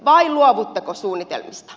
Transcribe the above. vai luovutteko suunnitelmista